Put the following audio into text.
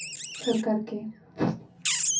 ᱥᱚᱚᱨᱠᱟᱨ ᱠᱮ